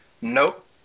nope